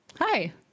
Hi